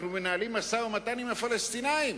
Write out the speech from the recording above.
אנחנו מנהלים משא-ומתן עם הפלסטינים,